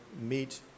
meet